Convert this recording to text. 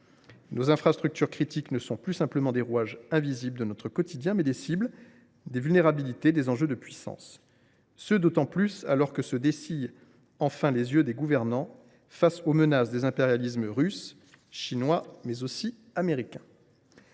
Nos infrastructures critiques sont non plus simplement des rouages invisibles de notre quotidien, mais des cibles, des vulnérabilités, des enjeux de puissance. Les yeux des gouvernants se dessillent enfin face aux menaces des impérialismes russes et chinois, mais aussi américains.